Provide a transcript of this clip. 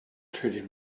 treating